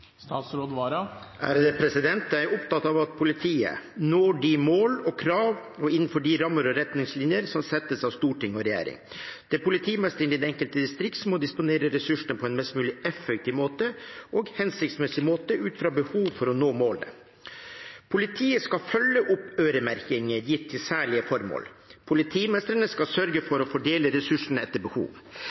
Jeg er opptatt av at politiet når mål og krav innenfor de rammer og retningslinjer som settes av storting og regjering. Det er politimesteren i det enkelte distrikt som må disponere ressursene på en mest mulig effektiv og hensiktsmessig måte, ut fra behov, for å nå målene. Politiet skal følge opp øremerkinger gitt til særlige formål. Politimesterne skal sørge for å fordele ressursene etter behov.